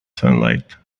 sunlight